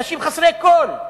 אנשים חסרי כול?